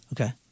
Okay